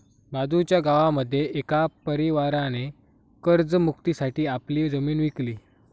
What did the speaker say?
बाजूच्या गावामध्ये एका परिवाराने कर्ज मुक्ती साठी आपली जमीन विकली